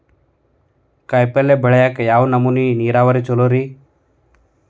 ಕಾಯಿಪಲ್ಯ ಬೆಳಿಯಾಕ ಯಾವ್ ನಮೂನಿ ನೇರಾವರಿ ಛಲೋ ರಿ?